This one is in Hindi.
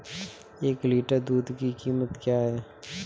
एक लीटर दूध की कीमत क्या है?